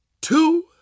two